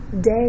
day